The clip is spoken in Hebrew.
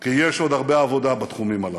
כי יש עוד הרבה עבודה בתחומים הללו.